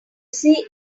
see